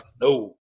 No